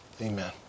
Amen